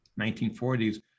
1940s